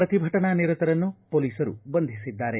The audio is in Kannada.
ಪ್ರತಿಭಟನಾ ನಿರತರನ್ನು ಪೊಲೀಸರು ಬಂಧಿಸಿದ್ದಾರೆ